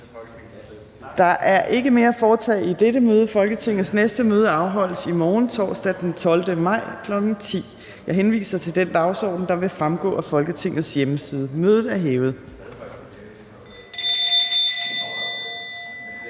Der er ikke mere at foretage i dette møde. Folketingets næste møde afholdes i morgen, torsdag den 12. maj 2022, kl. 10.00. Jeg henviser til den dagsorden, der vil fremgå af Folketingets hjemmeside. Mødet er hævet.